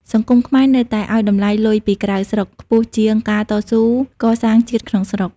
សង្គមខ្មែរនៅតែឱ្យតម្លៃ "លុយពីក្រៅស្រុក" ខ្ពស់ជាង "ការតស៊ូកសាងជាតិក្នុងស្រុក"។